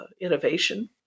innovation